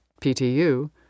PTU